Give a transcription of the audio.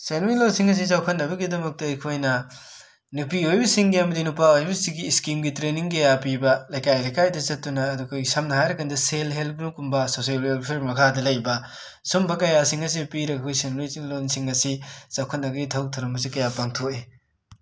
ꯁꯦꯟꯃꯤꯠꯂꯣꯟꯁꯤꯡ ꯑꯁꯤ ꯆꯥꯎꯈꯠꯅꯕꯒꯤꯗꯃꯛꯇ ꯑꯩꯈꯣꯏꯅ ꯅꯨꯄꯤ ꯑꯣꯏꯕꯤꯁꯤꯡꯒꯤ ꯑꯃꯗꯤ ꯅꯨꯄꯥ ꯑꯣꯏꯕꯁꯤꯡꯒꯤ ꯏꯁꯀꯤꯝꯒꯤ ꯇ꯭ꯔꯦꯅꯤꯡ ꯀꯌꯥ ꯄꯤꯕ ꯂꯩꯀꯥꯏ ꯂꯩꯀꯥꯏꯗ ꯆꯠꯇꯨꯅ ꯑꯗꯨꯒ ꯑꯩꯈꯣꯏ ꯁꯝꯅ ꯍꯥꯏꯔꯒꯅ ꯁꯦꯜ ꯍꯦꯜ ꯒ꯭ꯔꯨꯞꯀꯨꯝꯕ ꯁꯣꯁꯦꯜ ꯋꯦꯜꯐꯦꯔ ꯃꯈꯥꯗ ꯂꯩꯕ ꯁꯤꯒꯨꯝꯕ ꯀꯌꯥꯁꯤꯡ ꯑꯁꯤ ꯄꯤꯔꯒ ꯑꯩꯈꯣꯏ ꯁꯦꯟꯃꯤꯠꯁꯤꯡꯂꯣꯟꯁꯤꯡ ꯑꯁꯤ ꯆꯥꯎꯈꯠꯅꯕꯒꯤ ꯊꯕꯛ ꯊꯧꯔꯝꯁꯤ ꯀꯌꯥ ꯄꯥꯡꯊꯣꯛꯏ